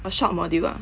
a short module ah